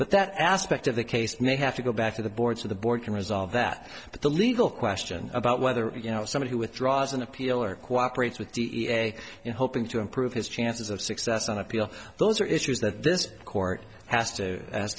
but that aspect of the case may have to go back to the board so the board can resolve that but the legal question about whether you know somebody who withdraws an appeal or cooperates with the e p a hoping to improve his chances of success on appeal those are issues that this court has to ha